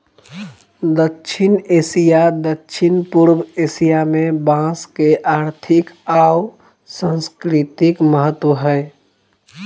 दक्षिण एशिया, दक्षिण पूर्व एशिया में बांस के आर्थिक आऊ सांस्कृतिक महत्व हइ